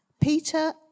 Peter